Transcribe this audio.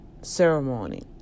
ceremony